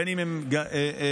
בין שהם מטפלים,